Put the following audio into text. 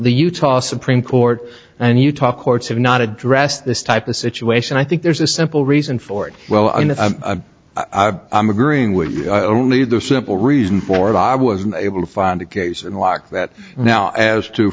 the utah supreme court and utah courts have not addressed this type of situation i think there's a simple reason for it well i mean if i'm agreeing with only the simple reason for it i wasn't able to find a case unlock that now as to